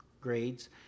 grades